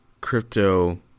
crypto